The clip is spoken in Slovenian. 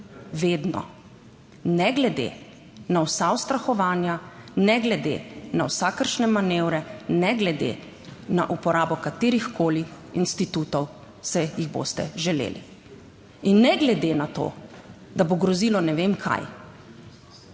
vedno, ne glede na vsa ustrahovanja, ne glede na vsakršne manevre, ne glede na uporabo katerih koli institutov se jih boste želeli in ne glede na to, da bo grozilo ne vem kaj,